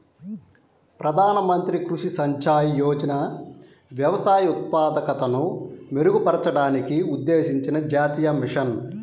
ప్రధాన మంత్రి కృషి సించాయ్ యోజన వ్యవసాయ ఉత్పాదకతను మెరుగుపరచడానికి ఉద్దేశించిన జాతీయ మిషన్